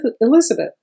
Elizabeth